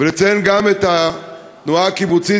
ולציין גם את התנועה הקיבוצית,